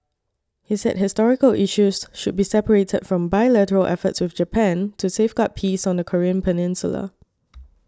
he said historical issues should be separated from bilateral efforts with Japan to safeguard peace on the Korean peninsula